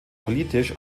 politisch